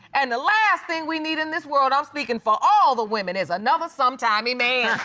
and the last thing we need in this world, i'm speaking for all the women, is another some-timing man.